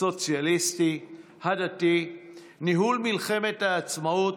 הסוציאליסטי, הדתי, ניהול מלחמת העצמאות,